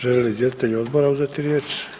Želi li izvjestitelj odbora uzeti riječ?